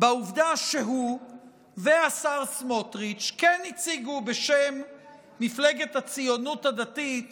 בעובדה שהוא והשר סמוטריץ' כן הציגו בשם מפלגת הציוניות הדתית